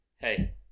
hey